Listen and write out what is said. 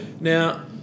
now